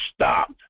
stopped